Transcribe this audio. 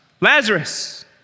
Lazarus